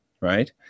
right